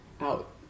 out